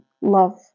love